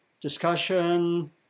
discussion